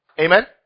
Amen